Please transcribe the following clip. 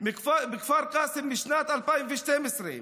בכפר קאסם, משנת 2012,